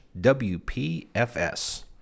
WPFS